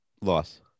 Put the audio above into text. Loss